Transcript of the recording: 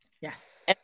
Yes